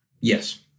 Yes